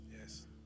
Yes